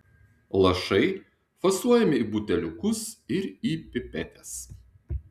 lašai fasuojami į buteliukus ir į pipetes